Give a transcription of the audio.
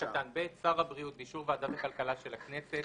"(ב)שר הבריאות, באישור ועדת הכלכלה של הכנסת,